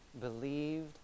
believed